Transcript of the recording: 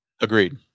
Agreed